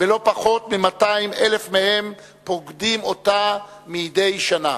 ולא פחות מ-200,000 מהם פוקדים אותה מדי שנה.